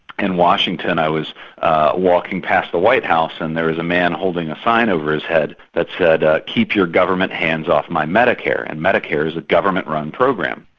in washington i was walking past the white house and there was a man holding a sign over his head that said ah keep your government hands off my medicare, and medicare is a government-run program,